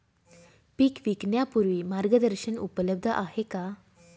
पीक विकण्यापूर्वी मार्गदर्शन उपलब्ध आहे का?